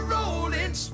Rolling